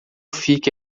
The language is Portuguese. fique